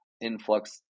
Influx